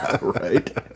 Right